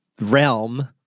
realm